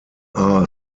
are